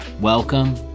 welcome